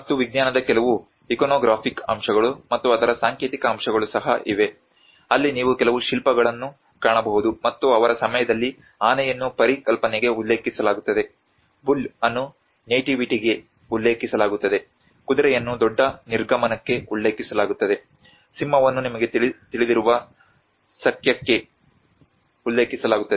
ಮತ್ತು ವಿಜ್ಞಾನದ ಕೆಲವು ಇಕೋನೋಗ್ರಾಫಿಕ್ ಅಂಶಗಳು ಮತ್ತು ಅದರ ಸಾಂಕೇತಿಕ ಅಂಶಗಳು ಸಹ ಇವೆ ಅಲ್ಲಿ ನೀವು ಕೆಲವು ಶಿಲ್ಪಗಳನ್ನು ಕಾಣಬಹುದು ಮತ್ತು ಅವರ ಸಮಯದಲ್ಲಿ ಆನೆಯನ್ನು ಪರಿಕಲ್ಪನೆಗೆ ಉಲ್ಲೇಖಿಸಲಾಗುತ್ತದೆ ಬುಲ್ ಅನ್ನು ನೇಟಿವಿಟಿಗೆ ಉಲ್ಲೇಖಿಸಲಾಗುತ್ತದೆ ಕುದುರೆಯನ್ನು ದೊಡ್ಡ ನಿರ್ಗಮನಕ್ಕೆ ಉಲ್ಲೇಖಿಸಲಾಗುತ್ತದೆ ಸಿಂಹವನ್ನು ನಿಮಗೆ ತಿಳಿದಿರುವ ಸಕ್ಯಕ್ಕೆ ಉಲ್ಲೇಖಿಸಲಾಗುತ್ತದೆ